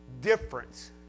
difference